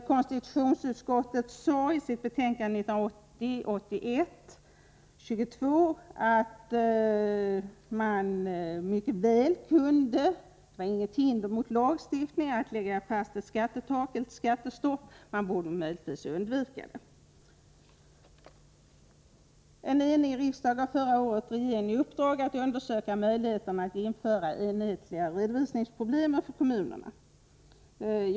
Konstitutionsutskottet sade i sitt betänkande 1980/81:22 att det inte finns något hinder mot lagstiftning, utan att man mycket väl kunde lägga fast ett skattetak eller införa skattestopp; man borde möjligtvis undvika detta. En enig riksdag gav förra året regeringen i uppdrag att undersöka möjligheterna att införa enhetliga redovisningsregler för kommunerna.